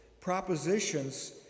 propositions